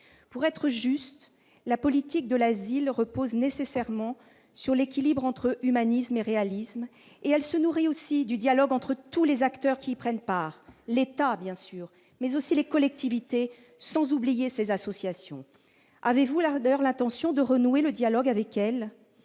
Pour être juste, la politique de l'asile doit nécessairement reposer sur un équilibre entre humanisme et réalisme et se nourrir du dialogue entre tous les acteurs qui y prennent part, l'État, bien sûr, mais aussi les collectivités, sans oublier les associations. Le Gouvernement a-t-il l'intention de renouer le dialogue avec ces